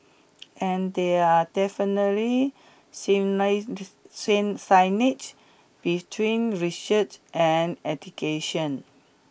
and there are definitely synergies between research and education